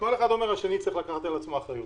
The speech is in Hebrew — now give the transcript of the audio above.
וכל אחד אומר שהשני צריך לקחת על עצמו אחריות.